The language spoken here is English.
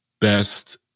best